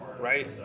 right